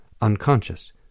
unconscious